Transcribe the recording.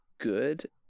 good